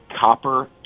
Copper